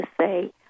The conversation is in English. say